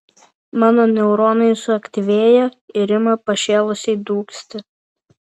mano neuronai suaktyvėja ir ima pašėlusiai dūgzti